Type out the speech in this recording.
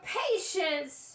patience